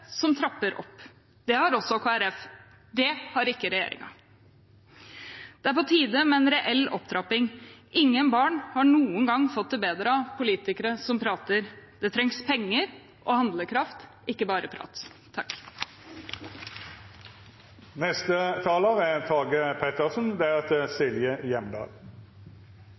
som trapper opp. Det har også Kristelig Folkeparti. Det har ikke regjeringen. Det er på tide med en reell opptrapping. Ingen barn har noen gang fått det bedre av politikere som prater. Det trengs penger og handlekraft, ikke bare